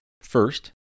First